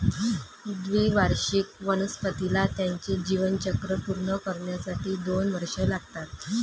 द्विवार्षिक वनस्पतीला त्याचे जीवनचक्र पूर्ण करण्यासाठी दोन वर्षे लागतात